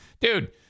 Dude